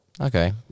Okay